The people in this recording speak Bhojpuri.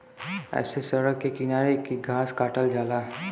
ऐसे सड़क के किनारे के घास काटल जाला